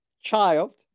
child